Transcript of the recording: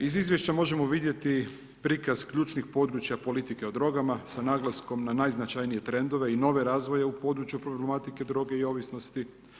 Iz izvješća možemo vidjeti, prikaz ključnih područja politike o drogama sa naglaskom na najznačajnije trendove i nove razvoje u području problematike droge i ovisnosti.